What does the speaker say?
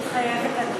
מתחייבת אני